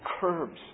curbs